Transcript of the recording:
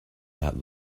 that